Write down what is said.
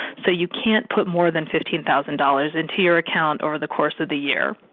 so you can put more than fifteen thousand dollars into your account over the course of the year.